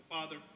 Father